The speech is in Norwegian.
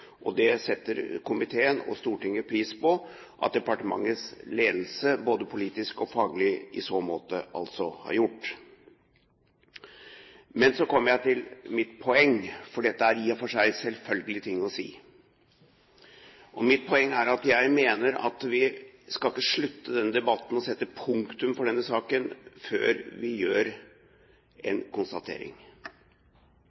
Det setter komiteen og Stortinget pris på at departementets ledelse, både politisk og faglig, har gjort. Så kommer jeg til mitt poeng, for dette er i og for seg selvfølgelige ting å si. Mitt poeng er at jeg mener at vi skal ikke avslutte denne debatten og sette punktum for denne saken før vi